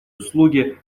услуги